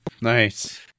Nice